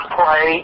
play